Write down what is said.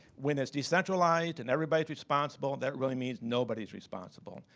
when it's decentralized and everybody's responsible, that really means nobody's responsible.